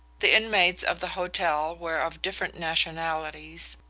the inmates of the hotel were of different nationalities,